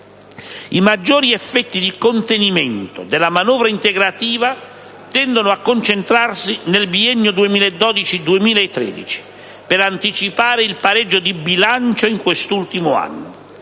I maggiori effetti di contenimento della manovra integrativa tendono a concentrarsi nel biennio 2012-2013 per anticipare il pareggio di bilancio in quest'ultimo anno.